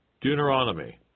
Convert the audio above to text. Deuteronomy